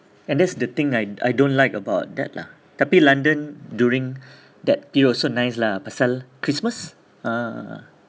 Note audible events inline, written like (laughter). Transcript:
and that's the thing I I don't like about that lah tapi london during (breath) that period also nice lah pasal christmas ah